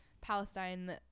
Palestine